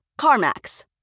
CarMax